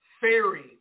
fairy